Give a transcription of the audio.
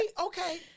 okay